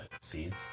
seeds